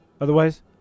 Otherwise